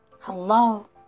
Hello